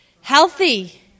Healthy